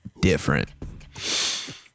Different